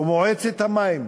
ומועצת המים